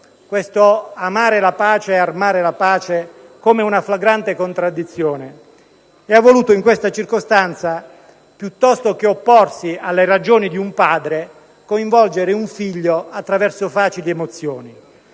«per amare la pace bisogna armare la pace» come una flagrante contraddizione, e ha voluto in questa circostanza, piuttosto che opporsi alle ragioni di un padre, coinvolgere un figlio attraverso facili emozioni.